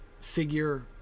figure